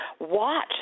watch